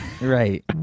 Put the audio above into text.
Right